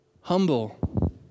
Humble